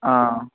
ആ